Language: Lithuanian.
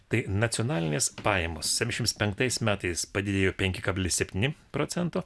tai nacionalinės pajamos septyniasdešimt penktais metais padidėjo penki kablis septyni procento